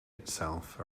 itself